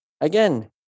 Again